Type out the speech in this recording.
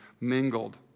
mingled